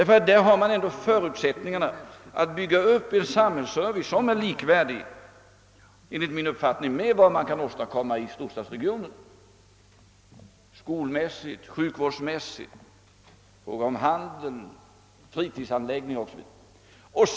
I karlstadsregionen finns förutsättningar att bygga upp en samhällsservice som enligt min mening är likvärdig med vad man kan åstadkomma i storstadsregionerna vad beträffar skolor, sjukvård, handel, fritidsanläggningar o.s.v.